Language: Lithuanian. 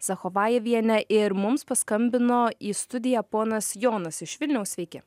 sachovajeviene ir mums paskambino į studiją ponas jonas iš vilniaus sveiki